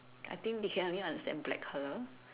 I think they can only understand black colour